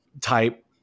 type